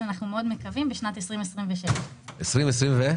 אנחנו מאוד מקווים כבר בשנת 2026. 2026?